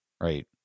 right